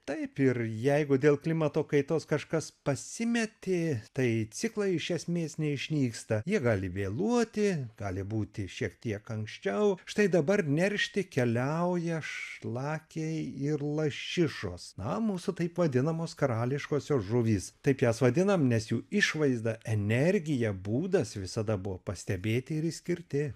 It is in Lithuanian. taip ir jeigu dėl klimato kaitos kažkas pasimetė tai ciklai iš esmės neišnyksta jie gali vėluoti gali būti šiek tiek anksčiau štai dabar neršti keliauja šlakiai ir lašišos na mūsų taip vadinamos karališkosios žuvys taip jas vadinam nes jų išvaizda energija būdas visada buvo pastebėti ir išskirti